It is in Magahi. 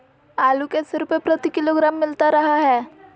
आलू कैसे रुपए प्रति किलोग्राम मिलता रहा है?